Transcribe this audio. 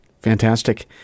Fantastic